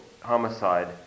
homicide